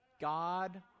God